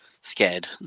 scared